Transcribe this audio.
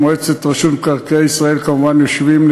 במועצת מקרקעי ישראל יושבים,